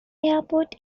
airport